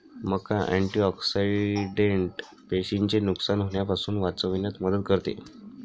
मका अँटिऑक्सिडेंट पेशींचे नुकसान होण्यापासून वाचविण्यात मदत करते